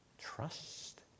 Trust